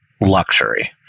luxury